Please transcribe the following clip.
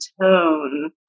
tone